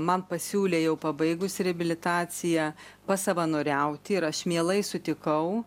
man pasiūlė jau pabaigusi reabilitaciją pasavanoriauti ir aš mielai sutikau